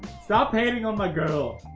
stop hating on my girl.